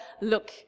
look